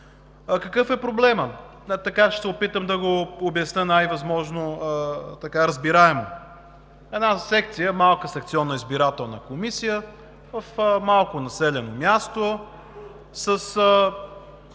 Какъв е проблемът? Ще се опитам да го обясня възможно най разбираемо. Една секция – малка секционна избирателна комисия, в малко населено място, с